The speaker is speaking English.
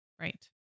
Right